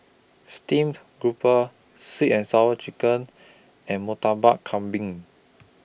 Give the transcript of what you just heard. Steamed Grouper Sweet and Sour Chicken and Murtabak Kambing